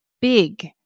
big